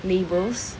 labels